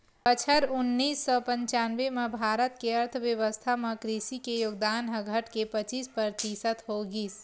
बछर उन्नीस सौ पंचानबे म भारत के अर्थबेवस्था म कृषि के योगदान ह घटके पचीस परतिसत हो गिस